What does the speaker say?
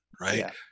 right